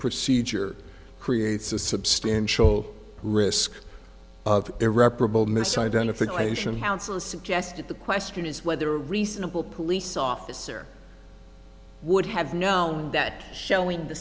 procedure creates a substantial risk of irreparable misidentification hounslow suggested the question is whether a reasonable police officer would have known that showing the